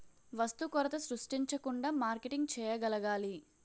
వస్తు కొరత సృష్టించకుండా మార్కెటింగ్ చేయగలగాలి